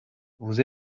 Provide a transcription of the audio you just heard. vous